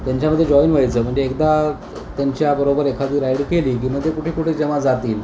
त्यांच्यामध्ये जॉईन व्हायचं म्हणजे एकदा त्यांच्याबरोबर एखादी राईड केली की मग ते कुठे कुठे जेंव्हा जातील